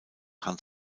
hans